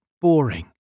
boring